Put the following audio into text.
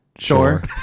Sure